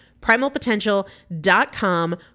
Primalpotential.com